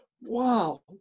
Wow